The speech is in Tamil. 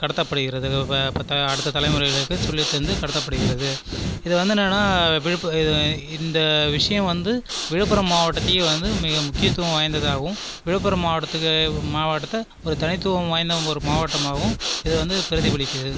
கடத்தப்படுகிறது அடுத்த தலைமுறைகளுக்கு சொல்லித்தந்து கடத்தப்படுகிறது இது வந்து என்னனென்னா விழுப்பு இந்த விஷயம் வந்து விழுப்புரம் மாவட்டத்தையே வந்து மிக முக்கியத்துவம் வாய்ந்ததாகவும் விழுப்புரம் மாவட்டத்துக்கு மாவட்டத்தை ஒரு தனித்துவம் வாய்ந்த ஒரு மாவட்டமாகவும் இது வந்து பிரதிபலிக்குது